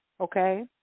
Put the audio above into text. okay